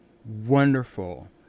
wonderful